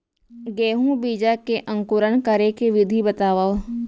गेहूँ बीजा के अंकुरण करे के विधि बतावव?